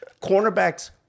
Cornerbacks